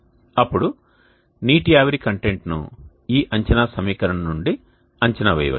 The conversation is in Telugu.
అప్పుడు నీటి ఆవిరి కంటెంట్ను ఈ అంచనా సమీకరణం నుండి అంచనా వేయవచ్చు